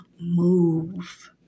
move